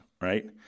right